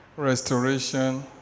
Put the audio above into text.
Restoration